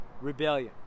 rebellion